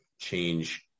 change